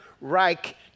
Reich